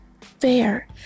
fair